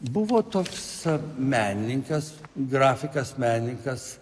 buvo toks menininkas grafikas menininkas